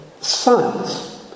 science